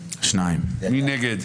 מי נגד?